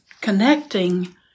connecting